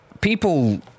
people